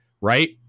right